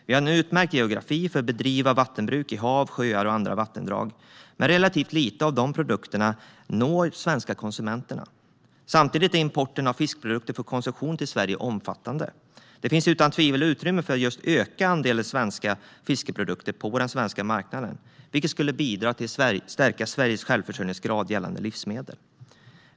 Vi har en utmärkt geografi för att bedriva vattenbruk i hav, sjöar och andra vattendrag, men relativt lite av dessa produkter når de svenska konsumenterna. Samtidigt är importen av fiskprodukter för konsumtion till Sverige omfattande. Det finns utan tvivel utrymme för att öka andelen svenska fiskprodukter på den svenska marknaden, vilket skulle bidra till att stärka Sveriges självförsörjningsgrad gällande livsmedel.